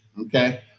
okay